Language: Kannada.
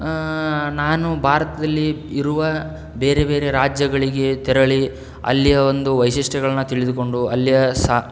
ನಾನು ಭಾರತದಲ್ಲಿ ಇರುವ ಬೇರೆ ಬೇರೆ ರಾಜ್ಯಗಳಿಗೆ ತೆರಳಿ ಅಲ್ಲಿಯ ಒಂದು ವೈಶಿಷ್ಟ್ಯಗಳನ್ನ ತಿಳಿದುಕೊಂಡು ಅಲ್ಲಿಯ ಸಹ